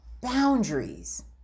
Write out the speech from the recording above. boundaries